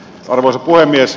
arvoisa puhemies